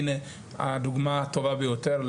הינה הדוגמא הטובה ביותר,